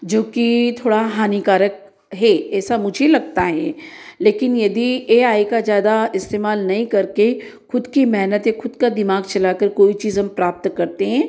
जो कि थोड़ा हानिकारक है ऐसा मुझे लगता है लेकिन यदि ए आई का ज़्यादा इस्तेमाल नहीं करके खुद की मेहनत या खुद का दिमाग चलाकर कोई चीज़ हम प्राप्त करते हैं